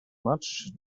much